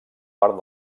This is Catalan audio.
part